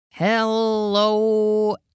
Hello